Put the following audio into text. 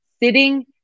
sitting